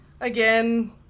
again